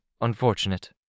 unfortunate